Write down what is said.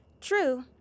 True